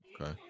okay